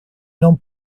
não